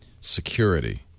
SECURITY